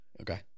Okay